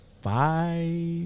five